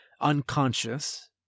unconscious